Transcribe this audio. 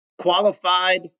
qualified